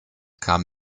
kam